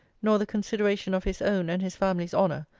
nor the consideration of his own and his family's honour,